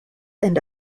and